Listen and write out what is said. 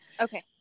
Okay